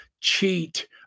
cheat